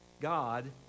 God